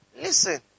Listen